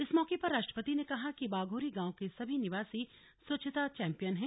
इस मौके पर राष्ट्रपति ने कहा कि बाघोरी गांव के सभी निवासी स्वच्छता चैम्पियन हैं